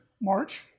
March